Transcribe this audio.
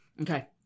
Okay